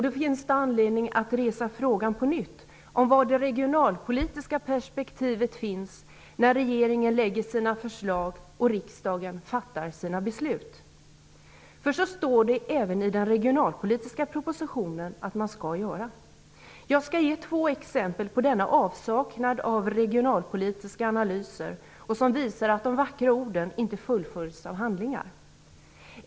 Då finns det anledning att ställa frågan om var analyserna ur det regionalpolitiska perspektivet finns när regeringen lägger fram sina förslag och riksdagen fattar sina beslut. För även i den regionalpolitiska propositionen står det att sådana analyser skall göras. Jag skall ge två exempel på denna avsaknad av regionalpolitiska analyser, som visar att de vackra orden inte fullföljs av handlingar.